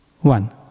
One